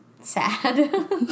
sad